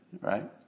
right